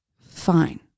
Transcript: fine